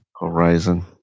horizon